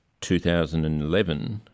2011